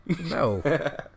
No